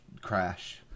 crash